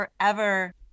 forever